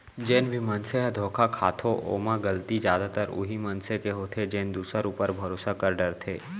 जेन भी मनसे ह धोखा खाथो ओमा गलती जादातर उहीं मनसे के होथे जेन दूसर ऊपर भरोसा कर डरथे